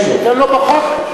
תן לו בחוק.